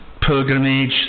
pilgrimage